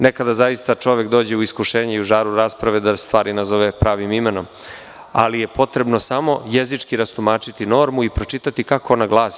Nekada zaista čovek dođe u iskušenje i u žaru rasprave da stvari nazove pravim imenom, ali je potrebno samo jezički rastumačiti normu i pročitati kako ona glasi.